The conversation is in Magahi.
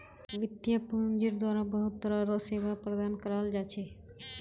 वित्तीय पूंजिर द्वारा बहुत तरह र सेवा प्रदान कराल जा छे